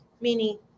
meaning